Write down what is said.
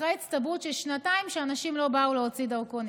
אחרי הצטברות של שנתיים שאנשים לא באו להוציא דרכונים.